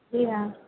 जी हाँ